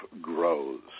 grows